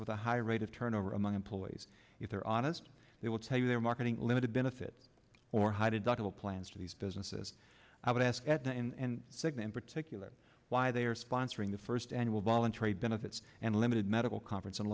with a high rate of turnover among employees if they're honest they will tell you they're marketing limited benefit or high deductible plans for these businesses i would ask at the end cigna in particular why they are sponsoring the first annual bolland trade benefits and limited medical conference in